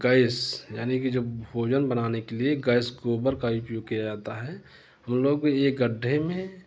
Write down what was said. गैइस यानी कि जो भोजन बनाने के लिए गैस गोबर का ही उपयोग किया जाता है हम लोग कोई एक गढ़े में